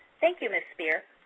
thank you ms. spear.